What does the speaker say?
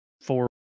four